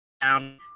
down